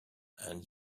and